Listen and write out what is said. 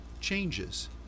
changes